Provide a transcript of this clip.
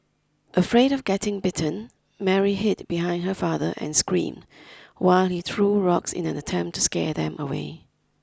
afraid of getting bitten Mary hid behind her father and screamed while he threw rocks in an attempt to scare them away